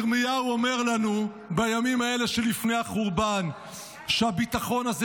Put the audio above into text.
ירמיהו אומר לנו בימים האלה שלפני החורבן שהביטחון הזה,